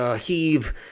heave